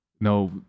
No